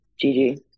Gigi